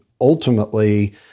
ultimately